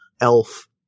elf